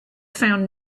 found